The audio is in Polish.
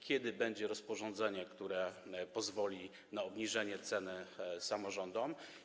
Kiedy będzie rozporządzenie, które pozwoli na obniżenie cen samorządom?